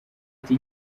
ati